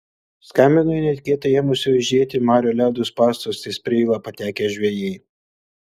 skambino į netikėtai ėmusio eižėti marių ledo spąstus ties preila patekę žvejai